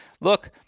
look